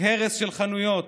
הרס של חנויות,